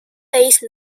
base